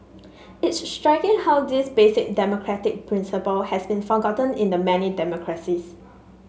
it's striking how this basic democratic principle has been forgotten in many democracies